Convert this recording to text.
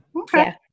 Okay